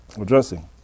addressing